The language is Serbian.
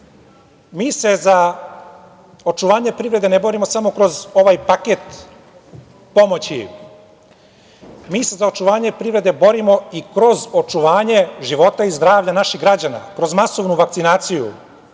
mi se za očuvanje privrede ne borimo samo kroz ovaj paket pomoći. Mi se za očuvanje privrede borimo i kroz očuvanje života i zdravlja naših građana, kroz masovnu vakcinaciju,